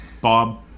Bob